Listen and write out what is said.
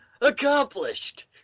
accomplished